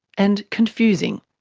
and confusing.